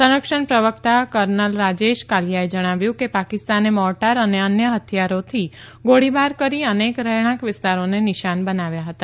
સંરક્ષણ પ્રવક્તા કર્નલ રાજેશ કાલિયાએ જણાવ્યું કે પાકિસ્તાને મોર્ટાર અને અન્ય હથિયારોથી ગોળીબાર કરી અનેક રહેણાંક વિસ્તારોને નિશાન બનાવ્યા હતા